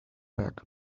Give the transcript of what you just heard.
back